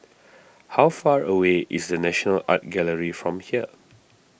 how far away is the National Art Gallery from here